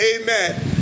Amen